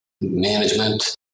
management